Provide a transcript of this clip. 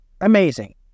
amazing